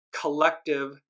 collective